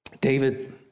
David